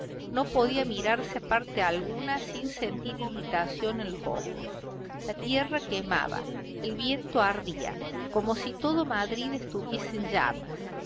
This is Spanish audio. no podía mirarse a parte alguna sin sentir irritación en los ojos la tierra quemaba el viento ardía como si todo madrid estuviese en llamas